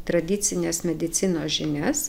tradicinės medicinos žinias